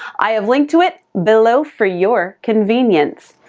i have linked to it below for your convenience.